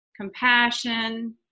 compassion